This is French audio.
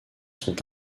sont